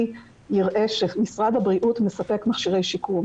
יראה שמשרד הבריאות מספק מכשירי שיקום.